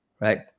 right